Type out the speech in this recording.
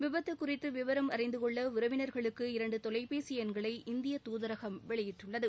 விபத்து குறித்து விவரம் அறிந்தகொள்ள உறவினர்களுக்கு இரண்டு தொலைபேசி எண்களை இந்திய தூதரகம் வெளியிட்டுள்ளது